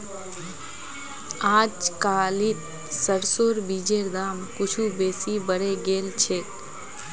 अजकालित सरसोर बीजेर दाम कुछू बेसी बढ़े गेल छेक